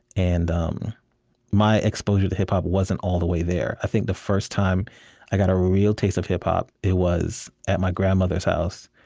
and um my exposure to hip-hop wasn't all the way there. i think the first time i got a real taste of hip-hop, it was at my grandmother's house,